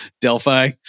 Delphi